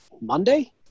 Monday